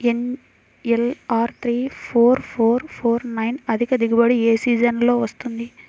NLR three four four four nine అధిక దిగుబడి ఏ సీజన్లలో వస్తుంది?